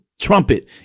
trumpet